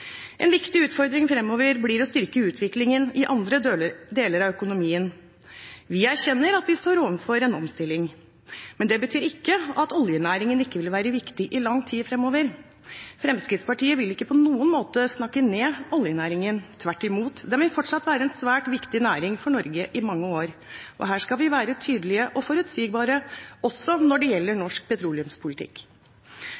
En viktig utfordring fremover blir å styrke utviklingen i andre deler av økonomien. Vi erkjenner at vi står overfor en omstilling. Men det betyr ikke at oljenæringen ikke vil være viktig i lang tid fremover. Fremskrittspartiet vil ikke på noen måte snakke ned oljenæringen, tvert imot. Den vil fortsatt være en svært viktig næring for Norge i mange år. Her skal vi være tydelige og forutsigbare, også når det gjelder norsk petroleumspolitikk.